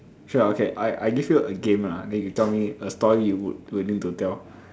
sure okay I I give you a game ah then you tell me a story you would willing to tell